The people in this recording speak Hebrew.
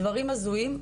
הדברים הזויים,